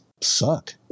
suck